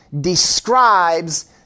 describes